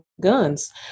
guns